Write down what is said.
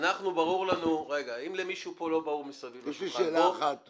אם למישהו פה מסביב לשולחן לא ברור,